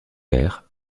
verres